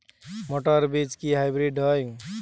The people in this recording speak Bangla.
মটর বীজ কি হাইব্রিড হয়?